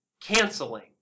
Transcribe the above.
canceling